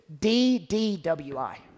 D-D-W-I